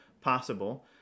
possible